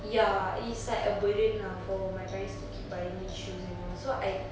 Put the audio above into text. ya it's like a burden ah for my parents to keep buying me shoes and all so I